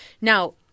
Now